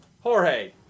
Jorge